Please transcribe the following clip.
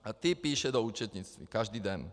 A ty píše do účetnictví každý den.